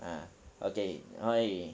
okay 所以